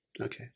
Okay